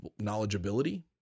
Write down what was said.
knowledgeability